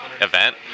event